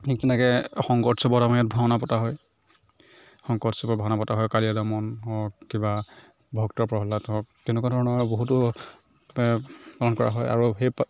ঠিক তেনেকৈ শংকৰ উৎসৱত আমাৰ ইয়াত ভাওনা পতা হয় শংকৰ উৎসৱৰ ভাওনা পতা হয় কালীয় দমন হওক কিবা ভক্ত প্ৰহ্লাদ হওক তেনেকুৱা ধৰণৰ আৰু বহুতো পালন কৰা হয় আৰু সেই